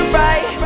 right